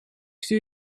stuur